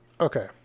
Okay